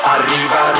Arriva